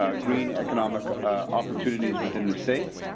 ah green economic opportunities within the state.